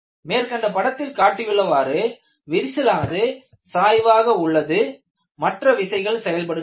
மேற்கண்ட படத்தில் காட்டியுள்ளவாறு விரிசலானது சாய்வாக உள்ளதுமற்றும் விசைகள் செயல்படுகின்றன